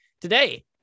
Today